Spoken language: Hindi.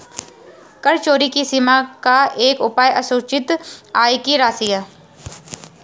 कर चोरी की सीमा का एक उपाय असूचित आय की राशि है